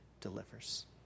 delivers